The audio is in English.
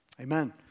Amen